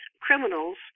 criminals